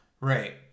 right